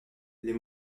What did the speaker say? les